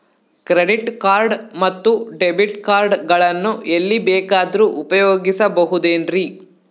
Credit card ಮತ್ತು debit card ಗಳನ್ನು ಎಲ್ಲಿ ಬೇಕಾದ್ರು ಉಪಯೋಗಿಸಬಹುದೇನ್ರಿ?